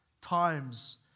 times